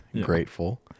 Grateful